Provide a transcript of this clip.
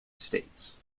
states